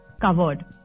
covered